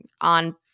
on